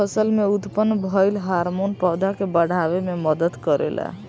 फसल में उत्पन्न भइल हार्मोन पौधा के बाढ़ावे में मदद करेला